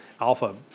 alpha